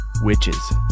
Witches